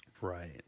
Right